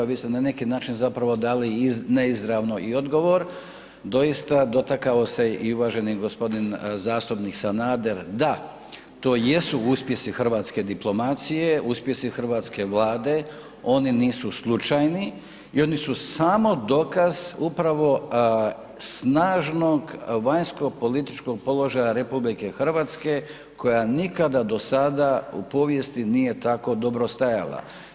Vi ste na neki način zapravo dali neizravno i odgovor, doista dotakao se i uvaženi gospodin zastupnik Sanader da, to jesu uspjesi hrvatske diplomacije, uspjesi Hrvatske vlade, oni nisu slučajni i oni su samo dokaz upravo snažnog vanjsko-političkog položaja RH koja nikada do sada u povijesti nije tako dobro stajala.